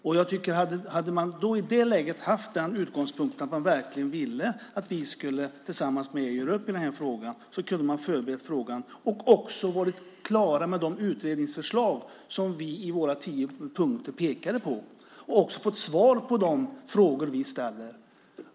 Om man i det läget haft utgångspunkten att man verkligen ville att vi tillsammans skulle göra upp i denna fråga kunde man ha förberett frågan och varit klar med de utredningsförslag som vi i våra tio punkter pekar på. Dessutom hade man fått svar på de frågor vi ställer.